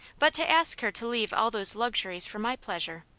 but to ask her to leave all those luxuries for my pleasure